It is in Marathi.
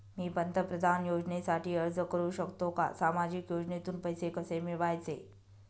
मी पंतप्रधान योजनेसाठी अर्ज करु शकतो का? सामाजिक योजनेतून पैसे कसे मिळवायचे